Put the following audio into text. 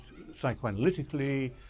psychoanalytically